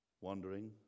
Wandering